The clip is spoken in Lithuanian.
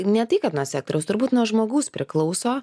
ne tai kad nuo sektoriaus turbūt nuo žmogaus priklauso